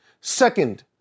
Second